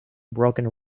broken